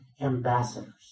ambassadors